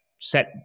set